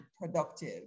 productive